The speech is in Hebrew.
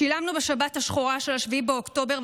שילמנו בשבת השחורה של 7 באוקטובר,